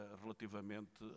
relativamente